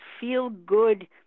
feel-good